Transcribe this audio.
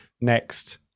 next